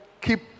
keep